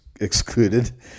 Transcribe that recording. excluded